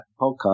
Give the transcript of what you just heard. podcast